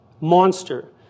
monster